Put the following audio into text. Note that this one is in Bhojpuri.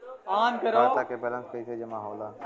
खाता के वैंलेस कइसे जमा होला?